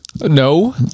No